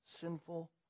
sinful